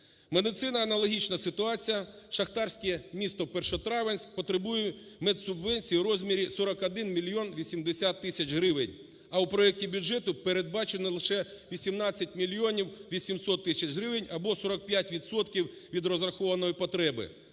Медицина - аналогічна ситуація. Шахтарське місто Першотравенськ потребує медсубвенцій у розмірі 41 мільйон 80 тисяч гривень. А у проекті бюджету передбачено лише 18 мільйонів 800 тисяч гривень, або 45 відсотків від розрахованої потреби.